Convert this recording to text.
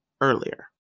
earlier